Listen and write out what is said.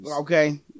Okay